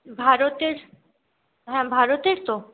ভারতের হ্যাঁ ভারতের তো